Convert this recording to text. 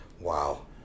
Wow